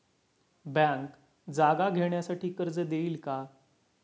Bank जागा घेण्यासाठी कर्ज देईल का?